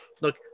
look